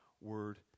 word